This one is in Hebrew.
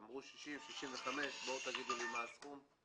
אמרו: 60,000, 65,000. תגידו לי מה הסכום.